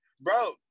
Bro